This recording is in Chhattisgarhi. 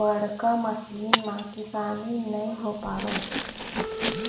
बड़का मसीन म किसानी नइ हो पावय